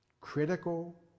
critical